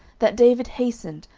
that david hastened,